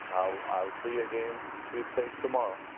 i'll i'll see you again, sweet saints, tomorrow.